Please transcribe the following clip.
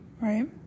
Right